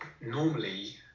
Normally